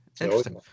interesting